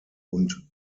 und